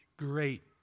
Great